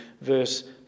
verse